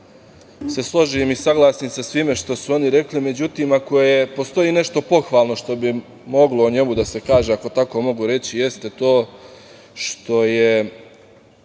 se složim i saglasim sa svime što su oni rekli. Međutim, ako postoji nešto pohvalno što bi moglo o njemu da se kaže, ako tako mogu reći, jeste to što je